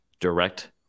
direct